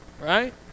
Right